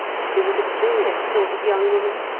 she was a curious sort of young woman,